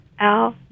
-L